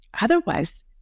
Otherwise